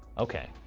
okay.